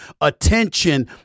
attention